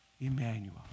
Emmanuel